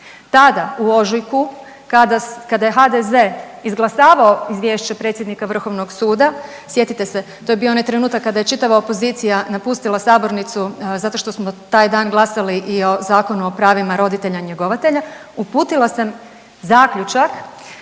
tada u ožujku kada je HDZ izglasavao izvješće predsjednika Vrhovnog suda, sjetite se to je bio onaj trenutak kada je čitava opozicija napustila sabornicu zato što smo taj dan glasali i o Zakonu o pravima roditelja njegovatelja, uputila sam zaključak,